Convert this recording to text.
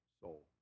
soul